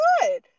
good